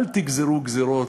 אל תגזרו גזירות,